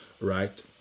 right